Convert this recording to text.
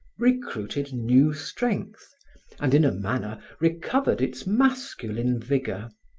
recruited new strength and in a manner recovered its masculine vigor.